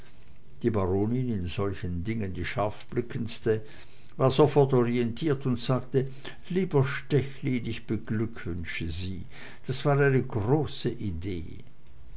die baronin in solchen dingen die scharfblickendste war sofort orientiert und sagte lieber stechlin ich beglückwünsche sie das war eine große idee